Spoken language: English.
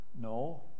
No